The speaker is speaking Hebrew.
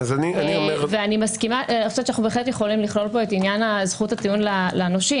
אני חושבת שאנחנו בהחלט יכולים לכלול פה את עניין זכות הטיעון לנושים.